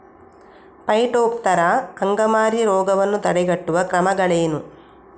Phytophthora ಅಂಗಮಾರಿ ರೋಗವನ್ನು ತಡೆಗಟ್ಟುವ ಕ್ರಮಗಳೇನು?